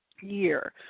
year